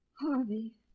Harvey